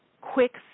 quick